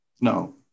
No